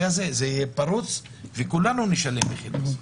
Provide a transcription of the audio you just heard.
הזה זה יהיה פרוץ וכולנו נשלם מחיר בסוף.